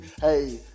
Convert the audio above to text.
Hey